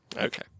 Okay